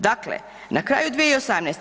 Dakle, na kraju 2018.